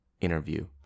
interview